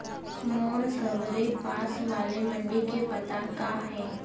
मोर सबले पास वाले मण्डी के पता का हे?